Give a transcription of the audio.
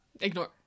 ignore